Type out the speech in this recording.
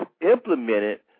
implemented